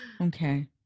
Okay